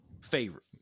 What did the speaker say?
favorite